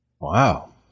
Wow